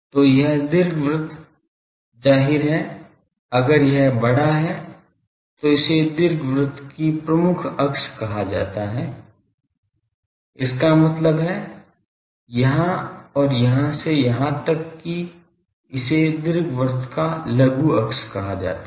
तो यह दीर्घवृत्त जाहिर है अगर यह बड़ा है तो इसे दीर्घवृत्त की प्रमुख अक्ष कहा जाता है इसका मतलब है यहां और यहां से यहां तक कि इसे दीर्घवृत्त का लघु अक्ष कहा जाता है